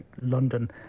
London